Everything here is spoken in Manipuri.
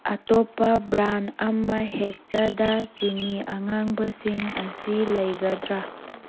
ꯑꯇꯣꯞꯄ ꯕ꯭ꯔꯥꯟ ꯑꯃꯍꯦꯛꯇꯗ ꯆꯤꯅꯤ ꯑꯉꯥꯡꯕꯁꯤꯡ ꯑꯁꯤ ꯂꯩꯒꯗ꯭ꯔꯥ